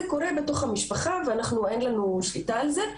קורה בתוך המשפחה ואין לנו שליטה על זה,